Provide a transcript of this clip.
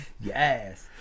Yes